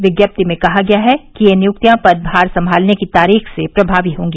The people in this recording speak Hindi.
विज्ञप्ति में कहा गया है कि ये नियुक्तियां पदभार संभालने की तारीख से प्रमावी होंगी